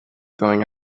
going